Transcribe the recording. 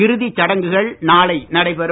இறுதிச் சடங்குகள் நாளை நடைபெறும்